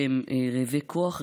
שהם רעבי כוח,